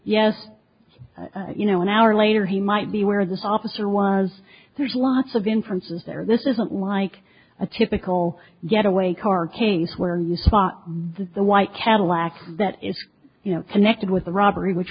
yes you know an hour later he might be where this officer was there's lots of inference is there this isn't like a typical getaway car case where you spot the white cadillac that is you know connected with the robbery which